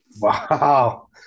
Wow